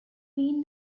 been